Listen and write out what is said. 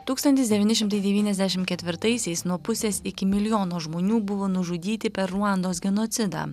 tūkstantis devyni šimtai devyniasdešim ketvirtaisiais nuo pusės iki milijono žmonių buvo nužudyti per ruandos genocidą